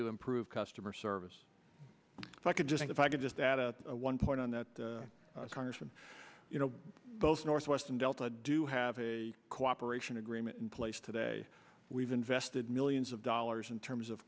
to improve customer service if i could just if i could just add a one point on that congressman you know both northwest and delta do have a cooperation agreement in place today we've invested millions of dollars in terms of